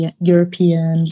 European